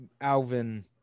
Alvin